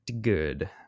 good